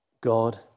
God